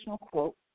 quote